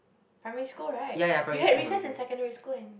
primary school right you had we said secondary school and